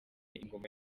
ingoma